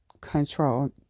control